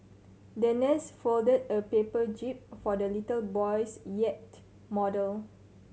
the nurse folded a paper jib for the little boy's yacht model